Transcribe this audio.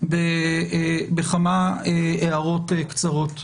בכמה הערות קצרות.